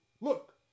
Look